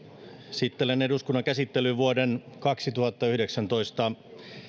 esittelen eduskunnan käsittelyyn vuoden kaksituhattayhdeksäntoista